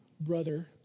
brother